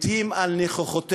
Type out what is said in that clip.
מתים על ניחוחותיך,